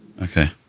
Okay